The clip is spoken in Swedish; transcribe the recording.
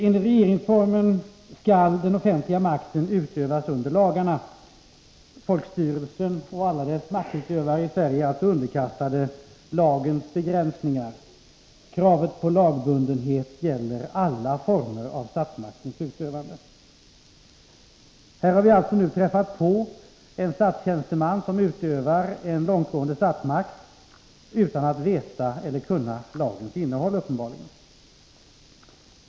Enligt regeringsformen skall den offentliga makten utövas i överensstämmelse med lagarna. Folkstyrelsen och alla dess maktutövare är alltså underkastade lagens begränsningar. Kravet på lagbundenhet gäller alla former av statsmaktens utövande. Här har vi alltså nu träffat på en statstjänsteman som utövar en långtgående statsmakt, uppenbarligen utan att veta eller kunna lagens innehåll.